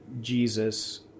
Jesus